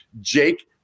Jake